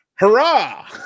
Hurrah